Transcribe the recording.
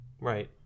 right